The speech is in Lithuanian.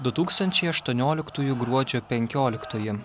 du tūkstančiai aštuonioliktųjų gruodžio penkioliktoji